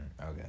Okay